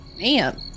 Man